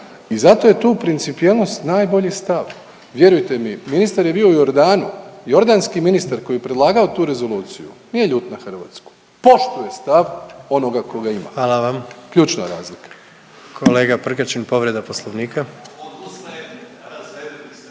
I zato je tu principijelnost najbolji stav. Vjerujte mi ministar je bio u Jordanu. Jordanski ministar koji je predlagao tu rezoluciju nije ljut na Hrvatsku, poštuje stav onoga tko ga ima. …/Upadica predsjednik: Hvala vam./… Ključna razlika. **Jandroković,